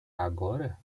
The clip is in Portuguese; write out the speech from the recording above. agora